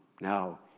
now